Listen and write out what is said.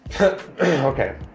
Okay